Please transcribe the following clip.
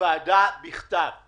מהוועדה בכתב זה